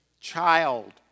child